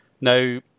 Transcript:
Now